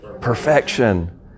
Perfection